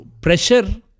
pressure